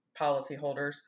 policyholders